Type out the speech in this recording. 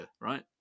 right